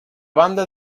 banda